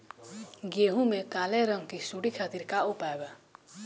गेहूँ में काले रंग की सूड़ी खातिर का उपाय बा?